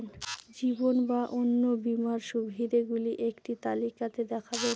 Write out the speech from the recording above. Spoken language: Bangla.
জীবন বা অন্ন বীমার সুবিধে গুলো একটি তালিকা তে দেখাবেন?